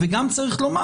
וגם צריך לומר